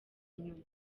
nyuma